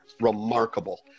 Remarkable